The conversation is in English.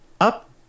up